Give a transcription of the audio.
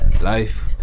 Life